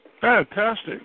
Fantastic